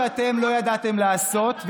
מה שאתם לא ידעתם לעשות,